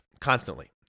constantly